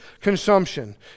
consumption